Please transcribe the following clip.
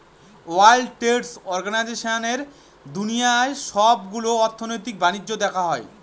world trade অর্গানাইজেশনে দুনিয়ার সবগুলো অর্থনৈতিক বাণিজ্য দেখা হয়